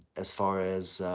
as far as